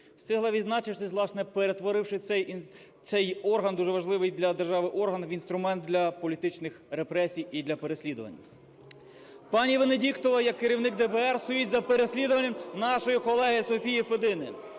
Встигла відзначитись, власне, перетворивши цей орган, дуже важливий для держави орган, в інструмент для політичних репресій і для переслідувань. Пані Венедіктова як керівник ДБР стоїть за переслідуванням нашої колеги Софії Федини.